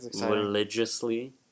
religiously